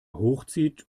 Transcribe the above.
hochzieht